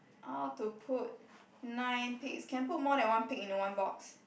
how to put nine pigs can put more than one pig into one box